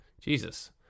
Jesus